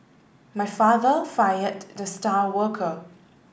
my father fired the star worker